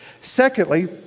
Secondly